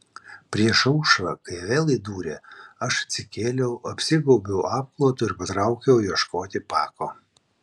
prieš aušrą kai vėl įdūrė aš atsikėliau apsigaubiau apklotu ir patraukiau ieškoti pako